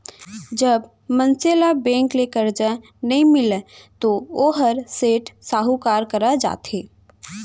जब मनसे ल बेंक ले करजा नइ मिलय तो वोहर सेठ, साहूकार करा जाथे